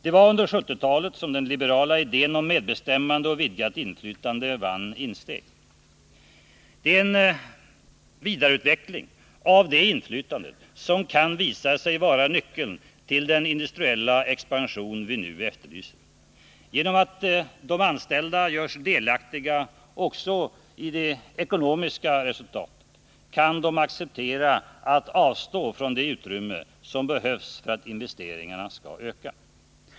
Det var under 1970-talet som den liberala idén om medbestämmande och vidgat inflytande vann insteg. Det är en vidareutveckling av det inflytandet som kan visa sig vara nyckeln till den industriella expansion som vi nu efterlyser. Genom att de anställda görs delaktiga också i det ekonomiska resultatet kan de acceptera att avstå från det utrymme som behövs för att investeringarna skall öka.